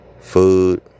food